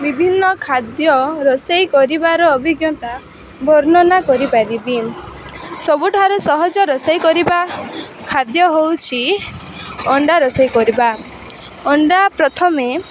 ବିଭିନ୍ନ ଖାଦ୍ୟ ରୋଷେଇ କରିବାର ଅଭିଜ୍ଞତା ବର୍ଣ୍ଣନା କରିପାରିବି ସବୁଠାରୁ ସହଜ ରୋଷେଇ କରିବା ଖାଦ୍ୟ ହେଉଛି ଅଣ୍ଡା ରୋଷେଇ କରିବା ଅଣ୍ଡା ପ୍ରଥମେ